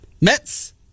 Mets